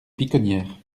piconnières